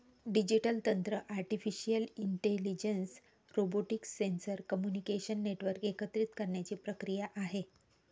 digital तंत्र artificial intelligence, robotics, sensor, communication network एकत्रित करण्याची प्रक्रिया आहे